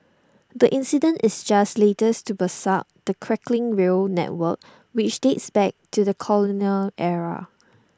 the incident is just latest to beset the creaking rail network which dates back to the colonial era